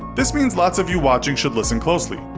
this means lots of you watching should listen closely.